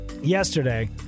yesterday